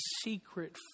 secret